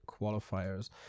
qualifiers